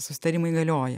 susitarimai galioja